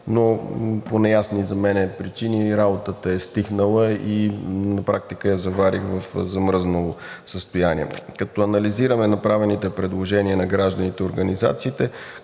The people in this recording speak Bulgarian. но по неясни за мен причини работата е стихнала и на практика я заварих в замръзнало състояние. Като анализирахме направените предложения на гражданите и организациите,